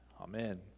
Amen